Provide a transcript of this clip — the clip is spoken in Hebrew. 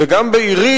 וגם בעירי,